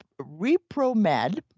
ReproMed